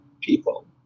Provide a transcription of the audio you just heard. people